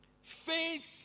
Faith